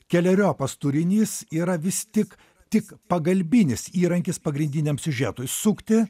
keleriopas turinys yra vis tik tik pagalbinis įrankis pagrindiniam siužetui sukti